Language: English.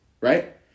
Right